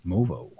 Movo